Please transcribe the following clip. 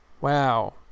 wow